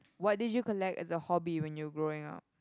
what did you collect as a hobby when you were growing up